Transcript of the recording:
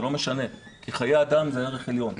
זה לא משנה כי חיי אדם זה ערך עליון.